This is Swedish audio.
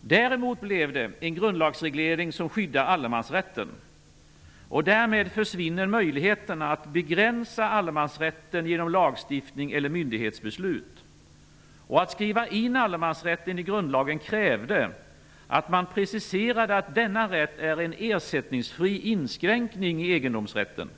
Däremot blev det en grundlagsreglering som skyddar allemansrätten. Därmed försvinner möjligheterna att begränsa allemansrätten genom lagstiftning eller myndighetsbeslut. Att skriva in allemansrätten i grundlagen krävde att man preciserade att denna rätt är en ersättningsfri inskränkning i egendomsrätten.